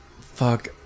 fuck